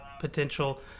potential